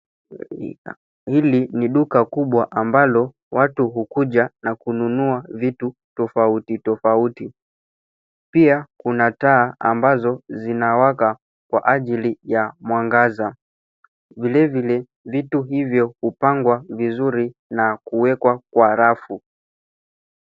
Hili ni duka kubwa ambalo watu hukuja na kununua vitu tofautitofauti. Pia kina taa ambazo zinawaka kwa ajili ya mwangaza. Vilevile vitu hivyo hupangwa vizuri na kuwekwa kwa rafu.